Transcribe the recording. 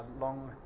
long